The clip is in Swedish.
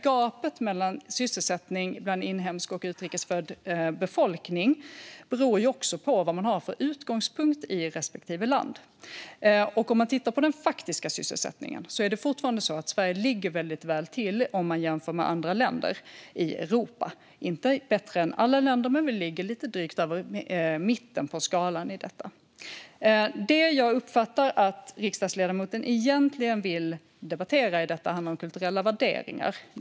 Gapet i sysselsättning mellan inhemsk och utrikesfödd befolkning beror också på vad man har för utgångspunkt i respektive land. Om man tittar på den faktiska sysselsättningen ser man fortfarande att Sverige ligger väldigt väl till jämfört med andra länder i Europa. Vi ligger inte bättre till än alla andra länder, men vi ligger lite drygt över mitten på skalan. Det jag uppfattar att riksdagsledamoten egentligen vill debattera i detta handlar om kulturella värderingar.